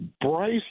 Bryce